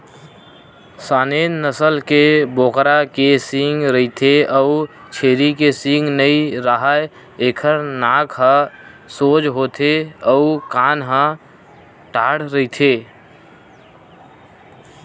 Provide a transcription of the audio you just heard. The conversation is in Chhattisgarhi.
सानेन नसल के बोकरा के सींग रहिथे अउ छेरी के सींग नइ राहय, एखर नाक ह सोज होथे अउ कान ह ठाड़ रहिथे